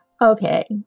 okay